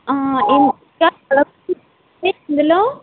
ఇందులో